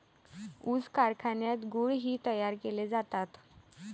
ऊस कारखान्यात गुळ ही तयार केले जातात